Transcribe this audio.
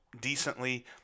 decently